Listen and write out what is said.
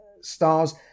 stars